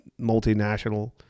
multinational